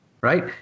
Right